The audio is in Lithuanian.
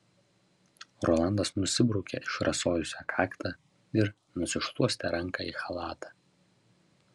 rolandas nusibraukė išrasojusią kaktą ir nusišluostė ranką į chalatą